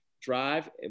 drive